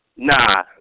Nah